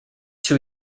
two